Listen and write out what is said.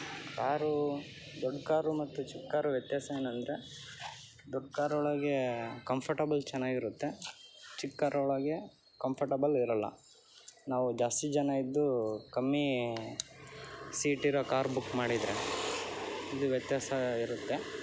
car ದೊಡ್ಡ car ಮತ್ತೆ ಚಿಕ್ಕ ಕಾರು ವ್ಯತ್ಯಾಸ ಏನೆಂದರೆ ದೊಡ್ಡ ಕಾರೊಳಗೆ ಕಂಫರ್ಟಬಲ್ ಚೆನ್ನಾಗಿರುತ್ತೆ ಚಿಕ್ಕ ಕಾರೊಳಗೆ ಕಂಫರ್ಟಬಲ್ ಇರಲ್ಲ ನಾವು ಜಾಸ್ತಿ ಜನ ಇದ್ದೂ ಕಮ್ಮಿ ಸೀಟಿರೋ ಕಾರ್ ಬುಕ್ ಮಾಡಿದರೆ ಅಲ್ಲಿ ವ್ಯತ್ಯಾಸ ಇರುತ್ತೆ